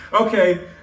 Okay